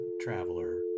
traveler